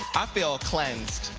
i feel cleansed.